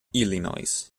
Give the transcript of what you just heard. illinois